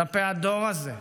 כלפי הדור הזה,